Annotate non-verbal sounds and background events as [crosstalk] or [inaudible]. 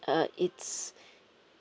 uh it's [breath]